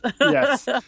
yes